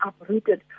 uprooted